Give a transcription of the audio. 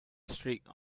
streak